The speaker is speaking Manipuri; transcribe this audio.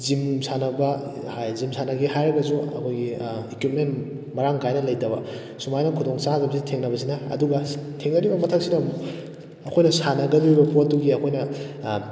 ꯖꯤꯝ ꯁꯥꯟꯅꯕ ꯖꯤꯝ ꯁꯥꯟꯅꯒꯦ ꯍꯥꯏꯔꯒꯁꯨ ꯑꯩꯈꯣꯏꯒꯤ ꯏꯀ꯭ꯋꯤꯞꯃꯦꯟ ꯃꯔꯥꯡ ꯀꯥꯏꯅ ꯂꯩꯇꯕ ꯁꯨꯃꯥꯏꯅ ꯈꯨꯗꯣꯡ ꯆꯥꯗꯕꯁꯤ ꯊꯦꯡꯅꯕꯁꯤꯅ ꯑꯗꯨꯒ ꯊꯦꯡꯅꯔꯤꯕ ꯃꯊꯛꯁꯤꯗ ꯑꯃꯨꯛ ꯑꯩꯈꯣꯏꯗ ꯁꯥꯟꯅꯒꯗꯧꯔꯤꯕ ꯄꯣꯠꯇꯨꯒꯤ ꯑꯩꯈꯣꯏꯅ